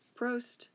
Prost